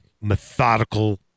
methodical